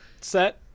set